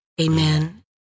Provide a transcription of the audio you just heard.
Amen